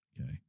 Okay